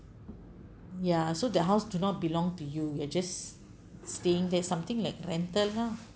ya so the house do not belong to you you are just staying there something like rental lah